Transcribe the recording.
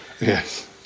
Yes